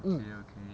mm